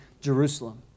Jerusalem